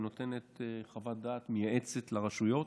היא נותנת חוות דעת מייעצת לרשויות.